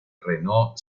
renault